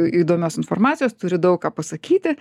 įdomios informacijos turi daug ką pasakyti